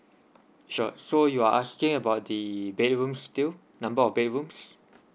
sure so you are asking about the bedroom still number of bedrooms